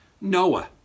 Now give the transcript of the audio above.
Noah